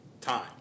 time